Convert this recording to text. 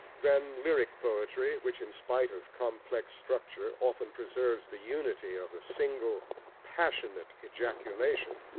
then lyric poetry, which in spite of complex structure often preserves the unity of a single passionate ejaculation,